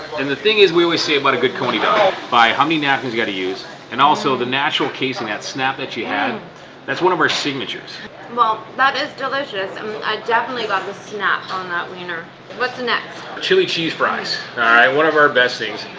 and the thing is we would say about a good coney dog by how many napkins got to use and also the natural casing that snap that you had that's one of our signatures well, that is delicious i definitely got that snap on that wiener what's next? chili cheese fries one of our best things.